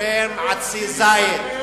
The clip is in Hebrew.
עוקרים עצי זית,